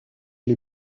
les